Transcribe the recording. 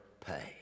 pay